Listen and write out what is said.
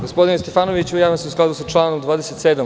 Gospodine Stefanoviću, javljam se u skladu sa članom 27.